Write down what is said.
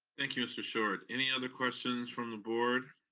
thank you, mr. short. any other questions from the board?